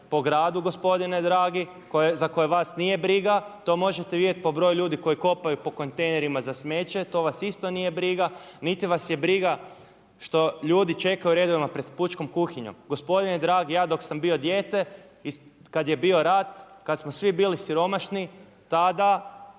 po gradu gospodine dragi, za koje vas nije briga, to možete vidjeti po broju ljudi koji kopaju po kontejnerima za smeće, to vas isto nije briga, niti vas je briga što ljudi čekaju redovno pred pučkom kuhinjom. Gospodine dragi ja dok sam bio dijete kada je bio rat kada smo svi bili siromašni tada